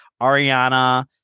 Ariana